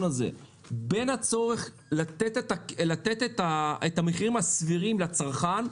בין הצורך לתת את המחירים הסבירים לצרכן,